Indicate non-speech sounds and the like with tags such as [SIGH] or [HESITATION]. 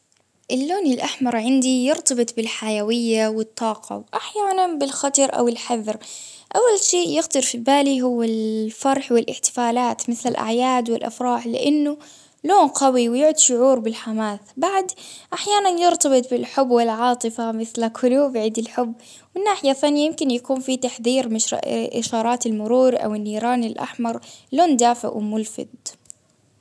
اللون الأحمر عندي يرتبط بالحيوية والطاقة ،وأحيانا بالخطر، أو الحذر أول شيء يخطر في بالي هو الفرح ،والإحتفالات مثل الأعياد والأفراح لإنه لون قوي ويعد شعور بالحماس بعد، أحيانا يرتبط بالحب والعاطفة، مثل قلوب عيد الحب، يمكن يكون في تحذير [HESITATION] إشارات المرور، أو النيران، الأحمر لون دافئ وملفت.